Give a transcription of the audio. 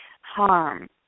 harm